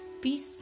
Peace